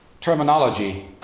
terminology